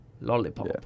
lollipop